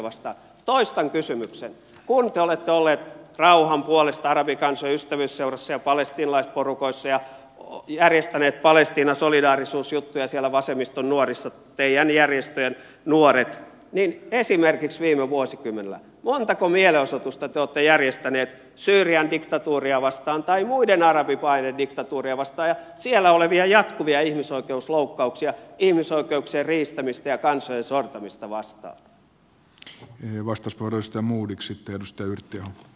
kun te olette olleet rauhan puolesta arabikansojen ystävyysseurassa ja palestiinalaisporukoissa ja järjestäneet palestiinan solidaarisuusjuttuja siellä vasemmiston nuorissa teidän järjestöjenne nuoret niin esimerkiksi viime vuosikymmenellä montako mielenosoitusta te olette järjestäneet syyrian diktatuuria vastaan tai muiden arabimaiden diktatuuria vastaan ja siellä olevia jatkuvia ihmisoikeuslouk kauksia ihmisoikeuksien riistämistä ja kansojen sortamista vastaan